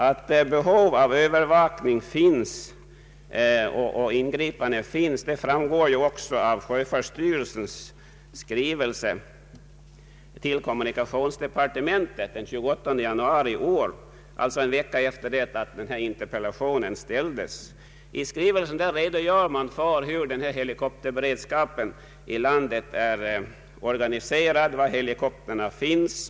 Att behov av övervakning och ingripanden finns framgår av sjöfartsverkets skrivelse till kommunikationsdepartementet den 28 januari i år, alltså en vecka efter det denna interpellation framställdes. I skrivelsen redogörs för hur helikopterberedskapen i landet är organiserad och var helikoptrarna finns.